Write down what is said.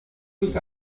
tus